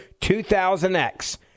2000X